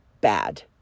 bad